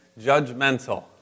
judgmental